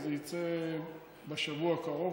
זה יצא בשבוע הקרוב,